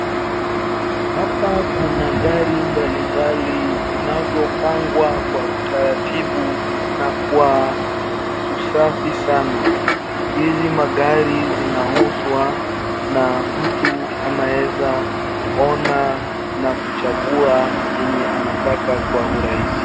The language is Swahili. Hapa kuna gari mbalimbali zinazopangwa kwa utaratibu na kwa usafi sana. Hizi magari zinauzwa na mtu anaweza ona na kuchagua yenye anataka kwa urahisi.